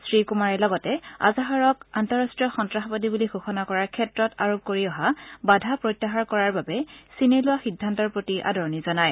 শ্ৰী কুমাৰে লগতে আজহাৰক আন্তঃৰষ্ট্ৰীয় সন্তাসবাদী বুলি ঘোষণা কৰাৰ ক্ষেত্ৰত আৰোপ কৰি অহা বাধা প্ৰত্যাহাৰ কৰাৰ বাবে চীনে লোৱা সিদ্ধান্তৰ প্ৰতি আদৰণি জনায়